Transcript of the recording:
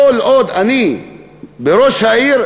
כל עוד אני ראש העיר,